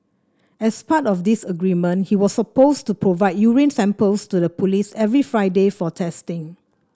as part of this agreement he was supposed to provide urine samples to the police every Friday for testing